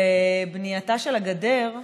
ובנייתה של הגדר,